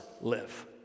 live